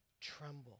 Tremble